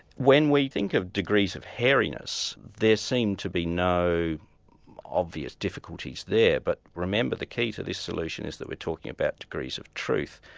when we think of degrees of hairiness, there seem to be no obvious difficulties there, but remember the key to this solution is that we're talking about degrees of truth.